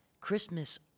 Christmas